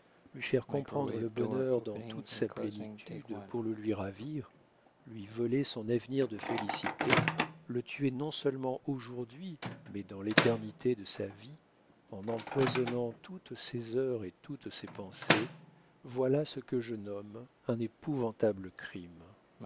lui faire comprendre le bonheur dans toute sa plénitude pour le lui ravir lui voler son avenir de félicité le tuer non-seulement aujourd'hui mais dans l'éternité de sa vie en empoisonnant toutes ses heures et toutes ses pensées voilà ce que je nomme un épouvantable crime